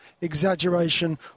exaggeration